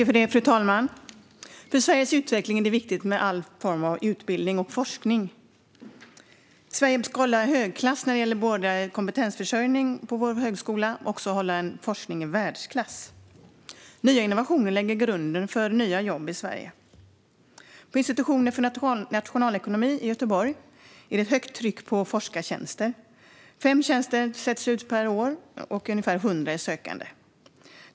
Fru talman! För Sveriges utveckling är det viktigt med all form av utbildning och forskning. Sverige ska hålla hög klass när det gäller kompetensförsörjning på vår högskola, och vi ska ha en forskning i världsklass. Nya innovationer lägger grunden för nya jobb i Sverige. På institutionen för nationalekonomi i Göteborg är det högt tryck på forskartjänster. Fem tjänster sätts ut per år, med ungefär hundra sökande.